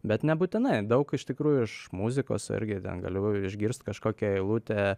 bet nebūtinai daug iš tikrųjų iš muzikos irgi ten galiu išgirst kažkokią eilutę